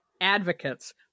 advocates